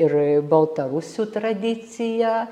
ir baltarusių tradiciją